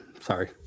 Sorry